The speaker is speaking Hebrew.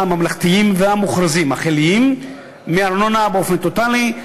הממלכתיים והמוכרזים החיליים מארנונה באופן טוטלי.